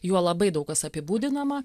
juo labai daug kas apibūdinama